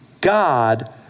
God